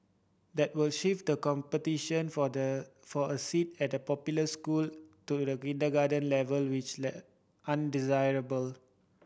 that will shift the competition for the for a seat at the popular school to the kindergarten level which undesirable